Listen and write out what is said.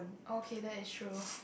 okay that is true